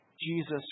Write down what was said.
Jesus